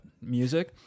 music